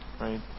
right